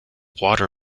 water